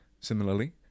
Similarly